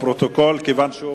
לפרוטוקול, כיוון שהוא